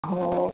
हो